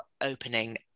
opening